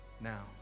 now